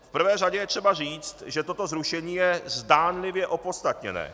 V prvé řadě je třeba říct, že toto zrušení je zdánlivě opodstatněné.